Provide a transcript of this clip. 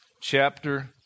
chapter